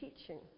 teaching